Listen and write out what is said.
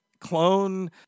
Clone